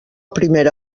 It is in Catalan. primera